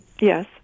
Yes